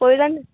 কৰিলা নি